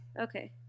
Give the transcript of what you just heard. Okay